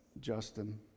Justin